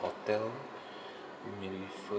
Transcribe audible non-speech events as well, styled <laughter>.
hotel <breath> you may refer